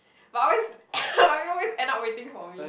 but always everyone ends up waiting for me